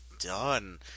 done